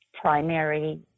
primary